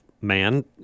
man